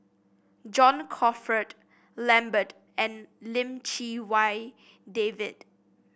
John Crawfurd Lambert and Lim Chee Wai David